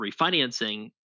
refinancing